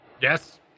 yes